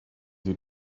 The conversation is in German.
sie